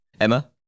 Emma